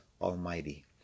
Almighty